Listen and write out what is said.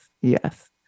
Yes